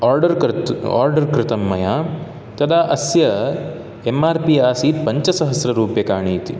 order कर्त् order कृतं मया तदा अस्य एम् आर् पि आसीत् पञ्चसहस्ररुप्यकाणि इति